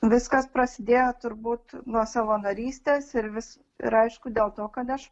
viskas prasidėjo turbūt nuo savanorystės ir vis ir aišku dėl to kad aš